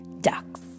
Ducks